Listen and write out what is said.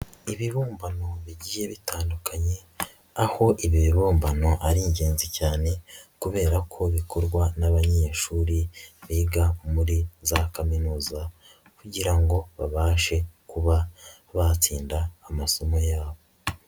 Ibibumbano bigiye bitandukanye, aho ibi bibumbano ari ingenzi cyane, kubera ko bikorwa n'abanyeshuri biga muri za Kaminuza kugira ngo babashe kuba batsinda amasomo yabo.